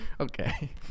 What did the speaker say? Okay